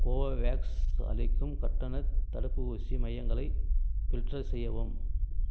Covovax அளிக்கும் கட்டணத் தடுப்பூசி மையங்களை ஃபில்டர் செய்யவும்